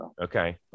Okay